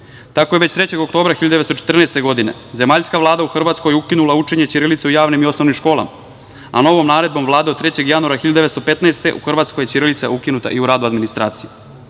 Tako je već 3. oktobra 1914. godine Zemaljska vlada u Hrvatskoj ukinula učenje ćirilice u javnim i osnovnim školama, a novom naredbom Vlade od 3. januara 1915. godine u Hrvatskoj je ćirilica ukinuta i u radu administracije. Tu